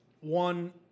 one